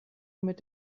mit